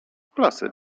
klasy